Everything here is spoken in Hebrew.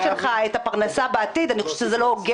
הוא בעצמו,